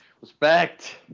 Respect